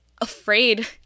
afraid